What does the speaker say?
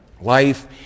life